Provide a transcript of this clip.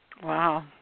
Wow